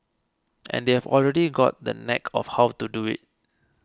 and they have already got the knack of how to do it